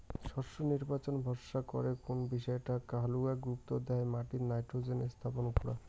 শস্যর নির্বাচন ভরসা করে কুন বিষয়টাক হালুয়া গুরুত্ব দ্যায় মাটিত নাইট্রোজেন স্থাপন উপুরা